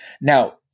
now